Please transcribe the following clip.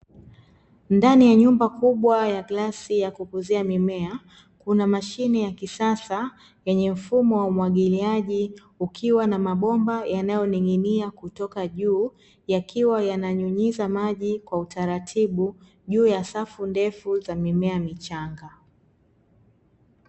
Ndani ya nyumba kubwa ya glasi ya kukuzia mimea, kuna mashine ya kisasa yenye mfumo wa umwagiliaji ukiwa na mabomba yanayoning'inia kutoka juu, yakiwa yananyunyiza maji kwa utaratibu juu ya safu ndefu za mimea michanga.